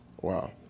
Wow